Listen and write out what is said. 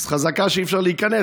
אז חזקה שאי-אפשר להיכנס.